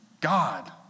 God